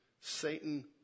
Satan